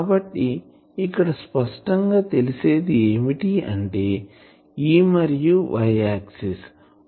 కాబట్టి ఇక్కడ స్పష్టం గా తెలిసింది ఏమిటి అంటే E మరియు Y ఆక్సిస్